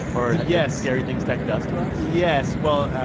or. yes. scary things tech does to us? yes. well,